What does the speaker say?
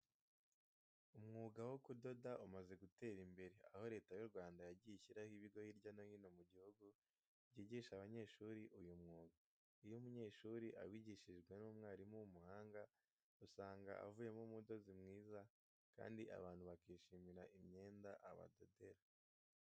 Umwuga wo kudoda umaze gutera imbere, aho Leta y'u Rwanda yagiye ishyiraho ibigo hirya no hino mu gihugu byigisha abanyeshuri uyu mwuga. Iyo umunyeshuri awigishijwe n'umwarimu w'umuhanga usanga avuyemo umudozi mwiza kandi abantu bakishimira imyenda abadodera.